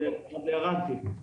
אז ירדתי.